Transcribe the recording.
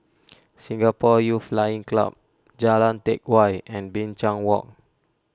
Singapore Youth Flying Club Jalan Teck Whye and Binchang Walk